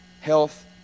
health